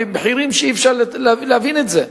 למחירים שאי-אפשר להבין את זה.